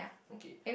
okay